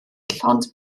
llond